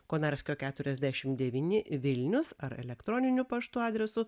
konarskio keturiasdešim devyni vilnius ar elektroniniu paštu adresu